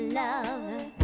lover